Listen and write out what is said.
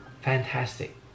fantastic